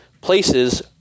places